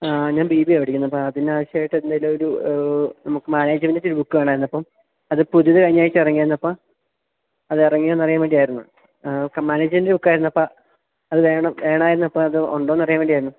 ആ ഞാൻ B B A ആണ് പഠിക്കുന്നത് അപ്പോള് അതിന് ആവശ്യമായിട്ട് എന്തെങ്കിലുമൊരു നമുക്ക് മാനേജ്മെൻറ്റിന്റെ ഒത്തിരി ബുക്ക് വേണമായിരുന്നു അപ്പം അത് പുതിയത് കഴിഞ്ഞയാഴ്ച ഇറങ്ങിയായിരുന്നു അപ്പോള് അത് ഇറങ്ങിയോയെന്ന് അറിയാന് വേണ്ടിയായിരുന്നു മാനേജ്മെൻറ്റ് ബുക്കായതുകൊണ്ട് അത് വേണം വേണമായിരുന്നു അപ്പോള് അതുണ്ടോയെന്ന് അറിയാന് വേണ്ടിയായിരുന്നു